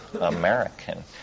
American